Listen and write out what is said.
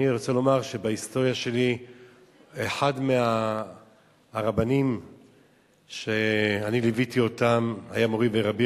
אני רוצה לומר שבהיסטוריה שלי אחד מהרבנים שאני ליוויתי היה מורי ורבי,